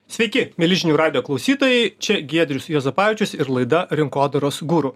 sveiki mieli žinių radijo klausytojai čia giedrius juozapavičius ir laida rinkodaros guru